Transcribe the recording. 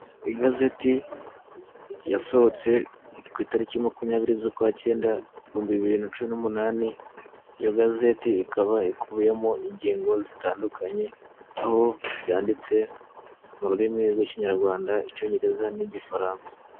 Igazeti yasohotse ku itariki makumyabiri z'ukwa cyenda ibihumbi bibiri na cumi n'umunani, iyo igazeti ikaba ikubiyemo ingingo zitandukanye, aho byanditse mu rurimi rw'ikinyarwanda, icyongereza, n'igifaransa.